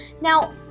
Now